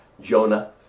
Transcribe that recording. Jonah